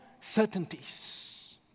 certainties